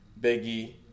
Biggie